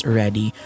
ready